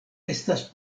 estas